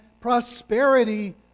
prosperity